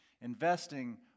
investing